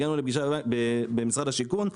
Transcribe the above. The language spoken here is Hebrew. במשרד השיכון.